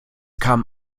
kam